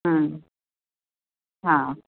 हा हा